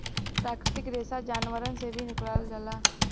प्राकृतिक रेसा जानवरन से भी निकालल जाला